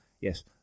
yes